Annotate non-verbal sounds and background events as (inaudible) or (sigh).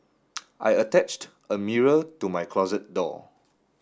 (noise) I attached a mirror to my closet door